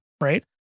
right